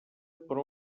però